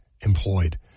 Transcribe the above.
employed